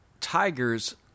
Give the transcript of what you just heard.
tigers